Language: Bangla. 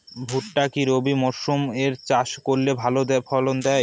ভুট্টা কি রবি মরসুম এ চাষ করলে ভালো ফলন দেয়?